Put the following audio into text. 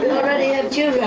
already have